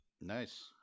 Nice